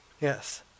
yes